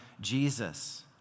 Jesus